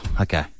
Okay